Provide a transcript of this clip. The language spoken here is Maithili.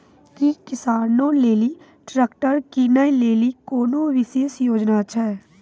कि किसानो लेली ट्रैक्टर किनै लेली कोनो विशेष योजना छै?